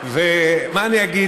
ומה אני אגיד?